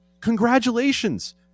Congratulations